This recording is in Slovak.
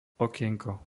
okienko